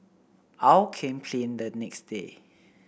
aw came clean that next day